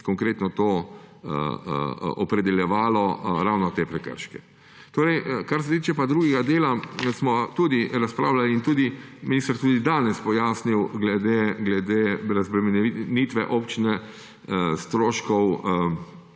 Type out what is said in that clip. konkretno opredeljevalo ravno te prekrške. Kar se tiče pa drugega dela, smo tudi razpravljali in je minister tudi danes pojasnil glede razbremenitve občine stroškov